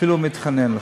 אפילו מתחנן אליכם: